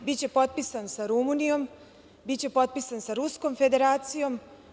Biće potpisan sa Rumunijom, biće potpisan sa Ruskom Federacijom.